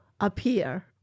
appear